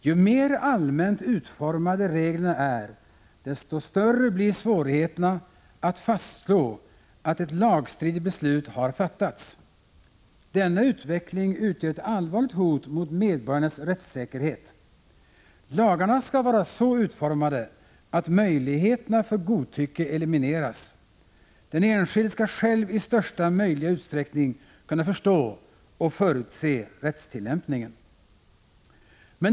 Ju mer allmänt utformade reglerna är, desto större blir svårigheterna att fastslå att ett lagstridigt beslut har fattats. Denna utveckling utgör ett allvarligt hot mot medborgarnas rättssäkerhet. Lagarna skall vara så utformade att möjligheterna för godtycke elimineras. Den enskilde skall själv i största möjliga utsträckning kunna förstå och förutse rättstillämpningen.